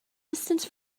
distance